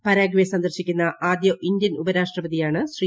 Paraguay സന്ദർശിക്കുന്ന ആദ്യ Indian ഉപ്പർാഷ്ട്രപതിയാണ് ശ്രീ